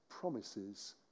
Promises